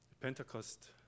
Pentecost